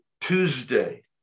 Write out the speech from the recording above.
Tuesday